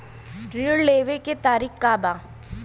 ऋण लेवे के तरीका का बा?